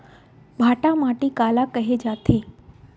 भांटा माटी काला कहे जाथे?